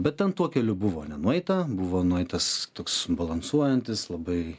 bet ten tuo keliu buvo nenueita buvo nueitas toks balansuojantis labai